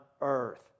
earth